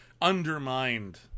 undermined